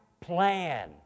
plan